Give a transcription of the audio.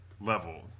level